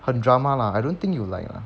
很 drama lah I don't think you like ah